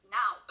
now